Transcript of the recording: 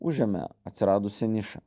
užėmė atsiradusią nišą